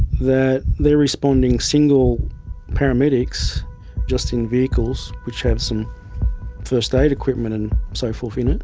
that they're responding single paramedics just in vehicles which have some first aid equipment and so forth in it,